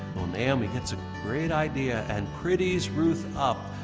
well naomi gets a great idea and pretties ruth up,